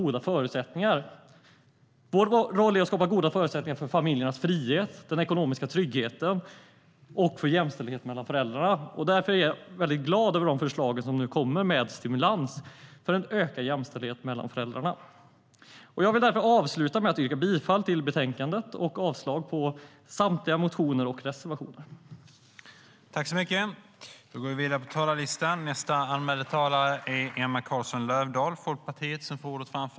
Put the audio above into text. Vår roll här är att skapa goda förutsättningar för familjernas frihet, för den ekonomiska tryggheten och för jämställdhet mellan föräldrarna. Därför är jag mycket glad över de förslag som nu läggs fram om stimulanser för en ökad jämställdhet mellan föräldrarna. Jag vill därför avsluta med att yrka bifall till förslaget i betänkandet och avslag på samtliga motioner och reservationer.